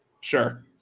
Sure